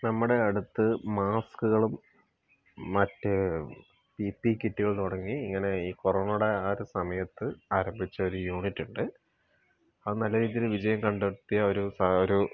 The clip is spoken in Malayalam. നമ്മുടെ അടുത്ത് മാസ്ക്കുകളും മറ്റ് പി പി കിറ്റുകൾ തുടങ്ങി ഇങ്ങനെ ഈ കൊറോണയുടെ ആ ഒരു സമയത്ത് ആരംഭിച്ച ഒരു യൂണിറ്റ് ഉണ്ട് അത് നല്ല രീതിയിൽ വിജയം കണ്ടെത്തിയ ഒരു ഒരു